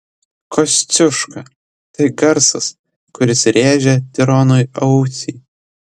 kosciuška tai garsas kuris rėžia tironui ausį